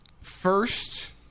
first